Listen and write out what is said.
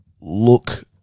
look